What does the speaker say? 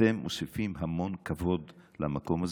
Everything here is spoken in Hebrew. אתם מוסיפים המון כבוד למקום הזה.